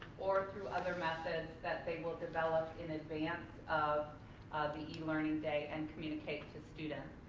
or through other methods that they will develop in advance of the e-learning day and communicate to students.